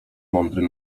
mądry